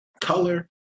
color